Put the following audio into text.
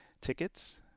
tickets